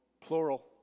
plural